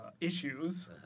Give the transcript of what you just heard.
issues